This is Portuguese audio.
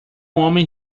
homem